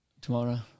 Tomorrow